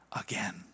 again